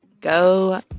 Go